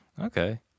Okay